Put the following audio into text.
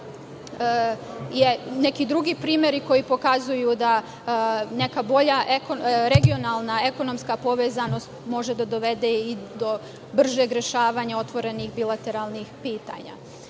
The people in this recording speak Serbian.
da neki drugi primeri, koji pokazuju da neka bolja regionalna ekonomska povezanost može da dovede i do bržeg rešavanja otvorenih bilateralnih pitanja. Na